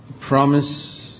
promise